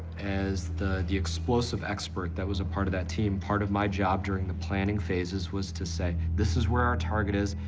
as the the explosive expert that was a part of that team, part of my job during the planning phases was to say, this is where our target is.